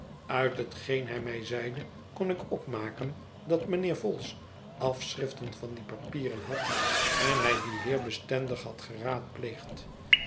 uit hetgeen hij mij zeide kon ik opmaken dat mijnheer vholes afschriften van die papieren had en hij dien heer bestendig had